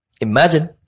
imagine